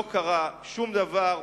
ולא קרה שום דבר.